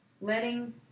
Letting